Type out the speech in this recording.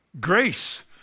grace